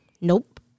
Nope